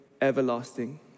everlasting